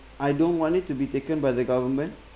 I don't want it to be taken by the government